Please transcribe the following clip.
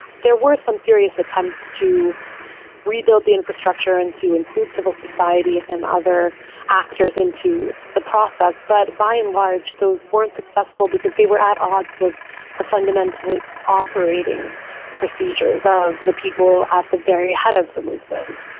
there were some serious attempts to rebuild the infrastructure and to include civil society and other actors into the process, but by and large those weren't successful because they were at odds with the fundamental operating procedures of the people at the very head of the movement.